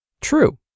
True